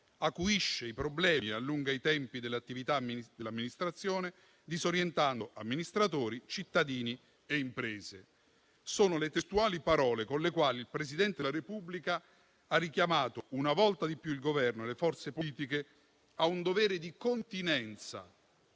acuisce i problemi, allunga i tempi dell'attività dell'amministrazione, disorientando amministratori, cittadini e imprese». Sono le testuali parole con le quali il Presidente della Repubblica ha richiamato una volta di più il Governo e le forze politiche a un dovere di continenza